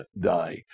die